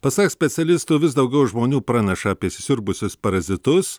pasak specialistų vis daugiau žmonių praneša apie įsisiurbusius parazitus